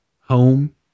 home